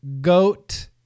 Goat